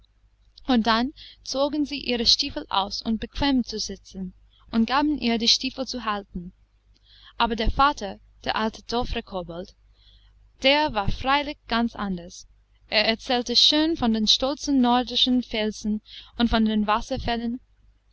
und dann zogen sie ihre stiefel aus um bequem zu sitzen und gaben ihr die stiefel zu halten aber der vater der alte dovrekobold der war freilich ganz anders er erzählte schön von den stolzen nordischen felsen und von den wasserfällen